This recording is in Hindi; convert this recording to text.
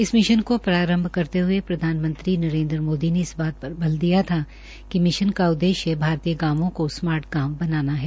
इस मिशन का प्रारंभ करते हये प्रधानमंत्री नरेन्द्र मोदी ने इस बात पर बल दिया था कि मिशन का उद्देश्य भारतीय गांवों को स्मार्ट गांव बनाना है